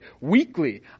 weekly